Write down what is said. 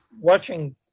Watching